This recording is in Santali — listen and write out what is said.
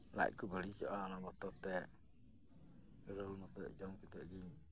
ᱞᱟᱡ ᱠᱚ ᱵᱟᱲᱤᱡᱚᱜᱼᱟ ᱚᱱᱟ ᱵᱚᱛᱚᱨ ᱛᱮ ᱨᱳᱞ ᱢᱚᱛᱚᱡ ᱜᱮ ᱡᱚᱢ ᱠᱟᱛᱮᱜᱤᱧ